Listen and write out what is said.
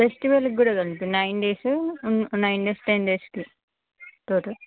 ఫెస్టివలుకి కూడా దొరుకుతాయా nine days nine days ten డేసుకి టోటల్